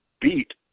beat